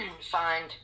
find